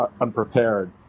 unprepared